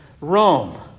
Rome